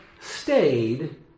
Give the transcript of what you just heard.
stayed